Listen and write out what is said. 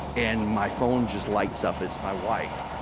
and my phone just lights up. it's my wife.